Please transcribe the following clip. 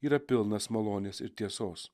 yra pilnas malonės ir tiesos